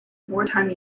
wartime